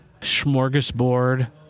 smorgasbord